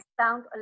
sound